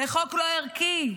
זה חוק לא ערכי.